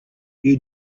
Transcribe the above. you